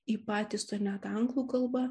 į patį sonetą anglų kalba